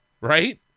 Right